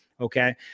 okay